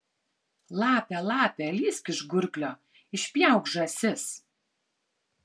lape lape lįsk iš gurklio išpjauk žąsis